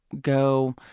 go